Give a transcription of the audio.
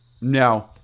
No